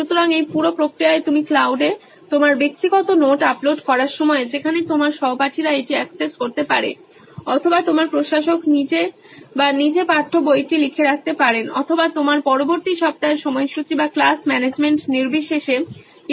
সুতরাং এই পুরো প্রক্রিয়ায় তুমি ক্লাউডে তোমার ব্যক্তিগত নোট আপলোড করার সময় যেখানে তোমার সহপাঠীরা এটি অ্যাক্সেস করতে পারে অথবা তোমার প্রশাসক নিজে বা নিজে পাঠ্য বইটি লিখে রাখতে পারেন অথবা তোমার পরবর্তী সপ্তাহের সময়সূচী বা ক্লাস ম্যানেজমেন্ট নির্বিশেষে কিছু শেয়ার করতে পারেন